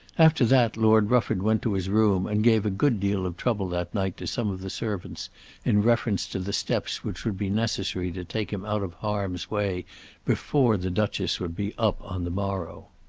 after that lord rufford went to his room and gave a good deal of trouble that night to some of the servants in reference to the steps which would be necessary to take him out of harm's way before the duchess would be up on the morrow.